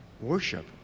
worship